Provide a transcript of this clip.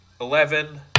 eleven